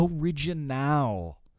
original